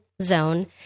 zone